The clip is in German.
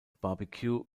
barbecue